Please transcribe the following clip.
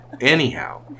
Anyhow